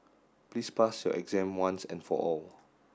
please pass your exam once and for all